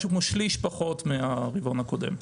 משהו כמו שליש פחות מהרבעון הקודם.